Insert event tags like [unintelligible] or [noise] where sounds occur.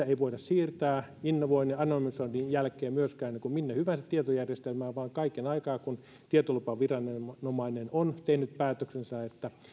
[unintelligible] ei myöskään voida siirtää innovoinnin ja analysoinnin jälkeen minne hyvänsä tietojärjestelmään vaan kaiken aikaa kun tietolupaviranomainen on tehnyt päätöksensä että